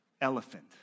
elephant